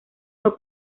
fue